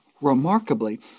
Remarkably